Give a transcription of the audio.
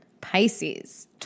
Pisces